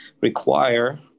require